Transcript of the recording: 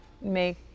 make